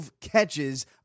catches